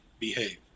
behave